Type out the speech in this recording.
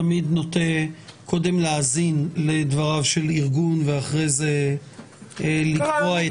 תמיד נוטה קודם להאזין לדבריו של ארגון ואחרי זה לקבוע את...